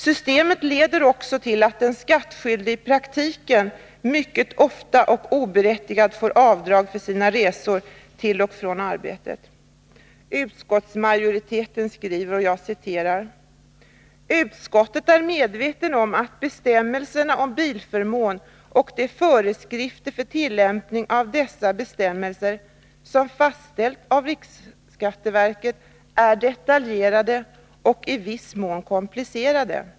Systemet leder också till att den skattskyldige i praktiken mycket ofta och oberättigat får avdrag för sina resor till och från arbetet. ”Utskottet är medvetet om att bestämmelserna om bilförmån och de föreskrifter för tillämpning av dessa bestämmelser som fastställts av RSV är detaljerade och i viss mån komplicerade.